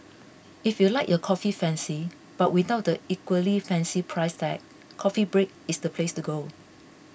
if you like your coffee fancy but without the equally fancy price tag Coffee Break is the place to go